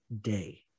day